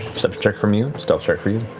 perception check from you, stealth check for you.